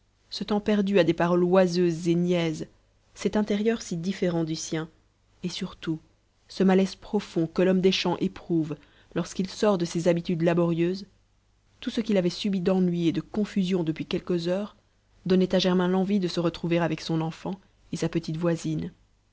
ce temps perdu à des paroles oiseuses et niaises cet intérieur si différent du sien et surtout ce malaise profond que l'homme des champs éprouve lorsqu'il sort de ses habitudes laborieuses tout ce qu'il avait subi d'ennui et de confusion depuis quelques heures donnait à germain l'envie de se retrouver avec son enfant et sa petite voisine